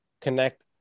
connect